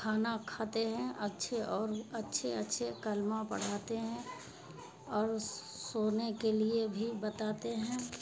کھانا کھاتے ہیں اچھے اور اچھے اچھے کلمہ پڑھاتے ہیں اور سونے کے لیے بھی بتاتے ہیں